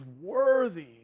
worthy